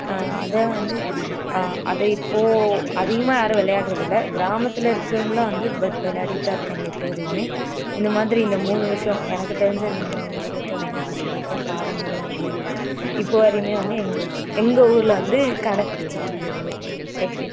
அதை வந்து அதை இப்போது அதிகமாக யாரும் விளையாட்றதில்ல கிராமத்தில் இருக்கிறவங்கள்லாம் வந்து பட் விளையாடிட்டு தான் இருக்காங்க இப்போது வரையுமே இந்த மாதிரி இந்த மூணு விஷயம் எனக்கு தெரிஞ்சு இந்த மூணு விஷயத்த வந்து நான் சொல்லியிருக்கேன் பாரம்பரிய விளையாட்டு இப்போது வரையுமே வந்து எங்கள் எங்கள் ஊரில் வந்து கடைப்பிடிச்சிட்டு இருக்கிறது தேங்க் யூ